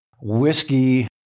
whiskey